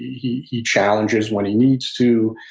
he he challenges when he needs to,